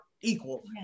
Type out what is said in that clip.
equal